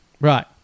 Right